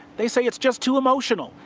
they say it's just too emotional,